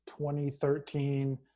2013